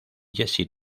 jesse